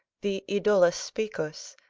the idola specus,